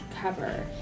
cover